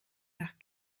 nach